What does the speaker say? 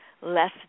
less